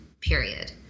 period